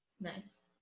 Nice